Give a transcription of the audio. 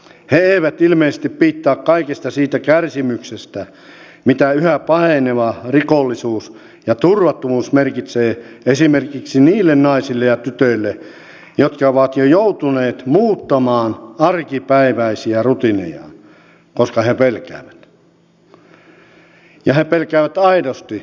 he eivät ilmeisesti piittaa kaikesta siitä kärsimyksestä mitä yhä paheneva rikollisuus ja turvattomuus merkitsevät esimerkiksi niille naisille ja tytöille jotka ovat jo joutuneet muuttamaan arkipäiväisiä rutiinejaan koska he pelkäävät ja he pelkäävät aidosti ja syystä